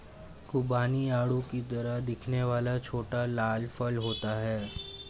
खुबानी आड़ू की तरह दिखने वाला छोटा लाल फल होता है